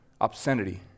Obscenity